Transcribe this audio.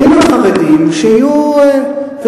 אם הם חרדים, שיהיו.